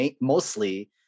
mostly